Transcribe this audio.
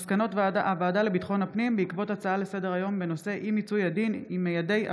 מסקנות הוועדה לביטחון הפנים בעקבות דיון בהצעתם של חברי הכנסת אופיר